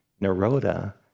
Naroda